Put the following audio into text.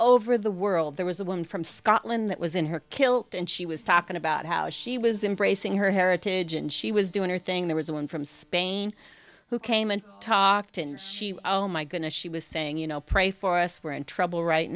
over the world there was a woman from scotland that was in her kilt and she was talking about how she was embracing her heritage and she was doing her thing there was one from spain who came and talked and she was going to she was saying you know pray for us we're in trouble right